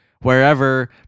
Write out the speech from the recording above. wherever